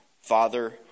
father